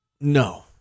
No